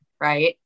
right